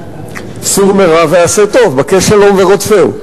סור מרע ועשה טוב, בקש שלום ורודפהו.